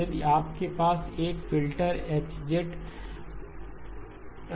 यदि आपके पास एक filter H n−∞ ∞hnZ n n−∞h2nZ 2nZ 1n−∞ ∞h2n1Z 2n है